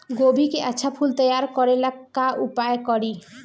गोभी के अच्छा फूल तैयार करे ला का उपाय करी?